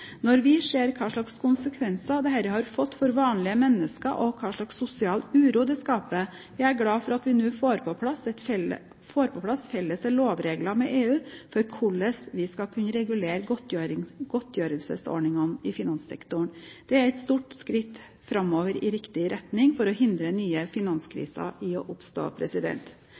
Når vi ser hvilke konsekvenser dette har fått for vanlige mennesker, og hvilken sosial uro det skaper, er jeg glad for at vi nå får på plass felles lovregler med EU for hvordan vi skal kunne regulere godtgjørelsesordningene i finanssektoren. Det er et stort skritt framover i riktig retning for å hindre nye finanskriser i å oppstå.